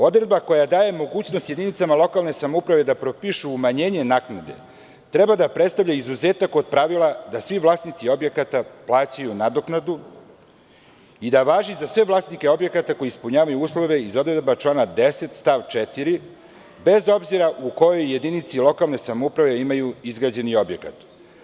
Odredba koja daje mogućnost jedinicama lokalne samouprave da propišu umanjenje naknade treba da predstavlja izuzetak od pravila da svi vlasnici objekata plaćaju nadoknadu i da važi za sve vlasnike objekata koji ispunjavaju uslove iz odredbi člana 10. stav 4, bez obzira u kojoj jedinici lokalne samouprave imaju izgrađen objekat.